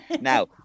Now